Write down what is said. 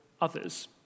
others